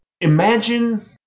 Imagine